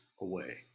away